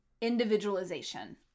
individualization